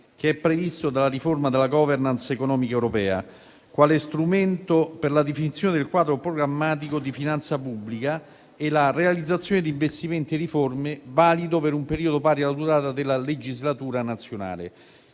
che è previsto dalla riforma della *governance* economica europea quale strumento per la definizione del quadro programmatico di finanza pubblica e la realizzazione di investimenti e riforme, valido per un periodo pari alla durata della legislatura nazionale.